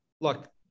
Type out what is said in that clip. look